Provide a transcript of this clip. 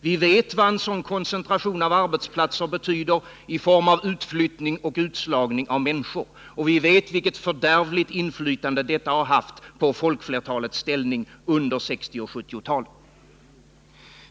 Vi vet vad en sådan koncentration av arbetsplatser betyder i form av utflyttning och utslagning av människor, och vi vet vilket fördärvligt inflytande detta har haft på folkflertalets ställning under 1960 och 1970-talen.